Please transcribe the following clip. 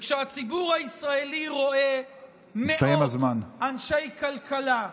וכשהציבור הישראלי רואה מאות אנשי כלכלה,